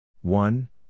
one